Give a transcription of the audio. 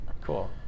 Cool